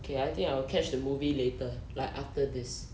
okay I think I will catch the movie later like after this